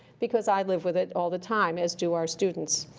because i live with it all the time, as do our students.